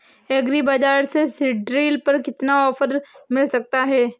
Agree बाजार से seed drill पर कितना ऑफर मिल सकता है?